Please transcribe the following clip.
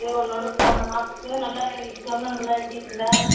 சரி உன்னோட போன மாதத்துல நல்லா எக்ஸாம்லாம் நல்லா எழுதிட்டுருந்த